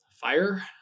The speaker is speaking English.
fire